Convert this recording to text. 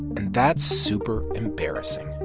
and that's super embarrassing